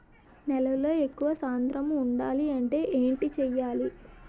నేలలో ఎక్కువ సాంద్రము వుండాలి అంటే ఏంటి చేయాలి?